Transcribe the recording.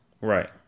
Right